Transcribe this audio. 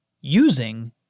using